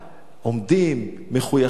עומדים מחויכים.